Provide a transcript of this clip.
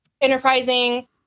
enterprising